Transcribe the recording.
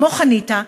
כמו חניתה,